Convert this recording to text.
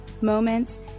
moments